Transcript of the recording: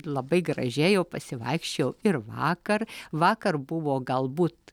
labai gražiai jau pasivaikščiojau ir vakar vakar buvo galbūt